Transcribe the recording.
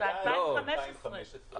ב-2015.